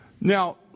Now